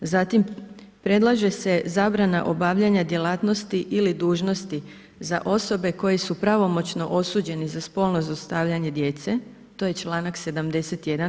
Zatim predlaže se zabrana obavljanja djelatnosti ili dužnosti za osobe koje su pravomoćno osuđene za spolno zlostavljanje djece, to je članak 71.